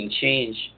change